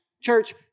church